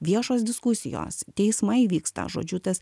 viešos diskusijos teismai vyksta žodžiu tas